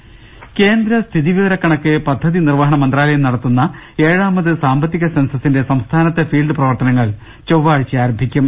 ദർവ്വട്ടെഴ കേന്ദ്ര സ്ഥിതിവിവരക്കണക്ക് പദ്ധതി നിർവഹണ മന്ത്രാലയം നടത്തുന്ന ഏഴാമത് സാമ്പത്തിക സെൻസസിന്റെ സംസ്ഥാനത്തെ ഫീൽഡ് പ്രവർത്ത നങ്ങൾ ചൊവ്വാഴ്ച ആരംഭിക്കും